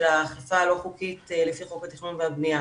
האכיפה הלא חוקית לפי חוק התכנון והבניה.